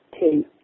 two